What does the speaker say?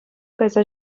кайса